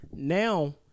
Now